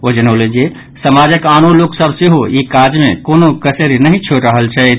ओ जनौलनि जे समाजक आनो लोकसभ सेहो ई काज मे कोनो कसरि नहि छोड़ि रहल छथि